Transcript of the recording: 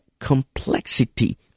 complexity